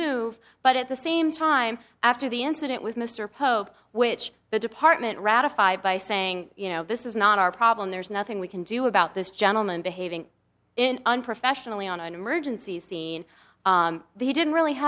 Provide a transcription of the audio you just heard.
move but at the same time after the incident with mr pope which the department ratified by saying you know this is not our problem there's nothing we can do about this gentleman behaving in unprofessionally on an emergency scene the didn't really